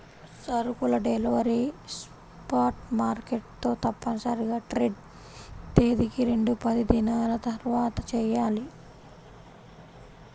సరుకుల delivery spot market తో తప్పనిసరిగా ట్రేడ్ తేదీకి రెండుపనిదినాల తర్వాతచెయ్యాలి